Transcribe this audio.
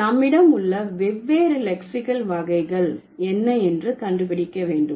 நம்மிடம் உள்ள வெவ்வேறு லெக்சிகல் வகைகள் என்ன என்று கண்டுபிடிக்க வேண்டும்